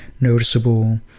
noticeable